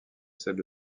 celle